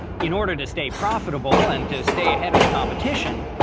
in order to stay profitable and to stay ahead of the competition,